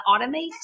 automate